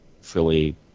fully